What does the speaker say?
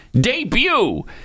debut